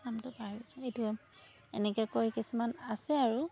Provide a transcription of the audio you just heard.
নামটো পাহৰি গৈছোঁ নহয় এইটো এনেকৈ কয় কিছুমান আছে আৰু